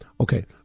Okay